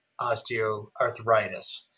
osteoarthritis